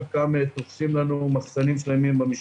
חלקם תופסים לנו מחסנים שלמים במשטרה.